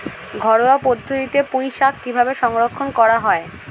ঘরোয়া পদ্ধতিতে পুই শাক কিভাবে সংরক্ষণ করা হয়?